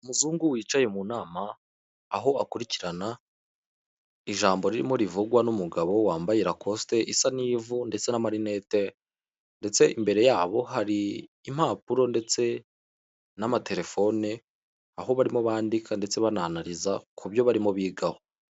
Umuzungu wicaye mu nama, aho akurikirana ijambo ririmo rivugwa n'umugabo wambaye rakosite isa n'ivu ndetse n'amarinete, ndetse imbere yabo hari impapuro ndetse n'amaterefone aho barimo bandika ndetse bananariza ku byo barimo bigaho.